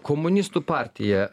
komunistų partija